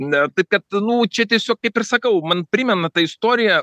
ne taip kad nu čia tiesiog kaip ir sakau man primena ta istorija